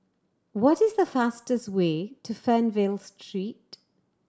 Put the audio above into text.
what is the fastest way to Fernvale Street